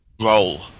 roll